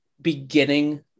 beginning